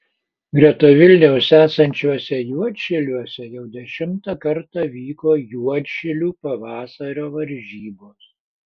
greta vilniaus esančiuose juodšiliuose jau dešimtą kartą vyko juodšilių pavasario varžybos